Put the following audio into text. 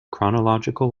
chronological